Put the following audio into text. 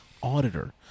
auditor